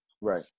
Right